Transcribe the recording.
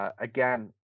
again